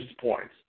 points